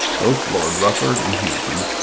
both lord rufford and hampton,